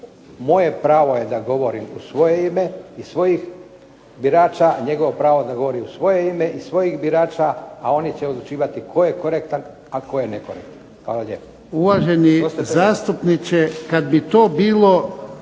pravo da govori u svoje ime i svojih birača. A oni će odlučivati tko je korektan, a tko je nekorektan. Hvala lijepo. **Jarnjak, Ivan (HDZ)** Uvaženi zastupniče kad bi to bilo,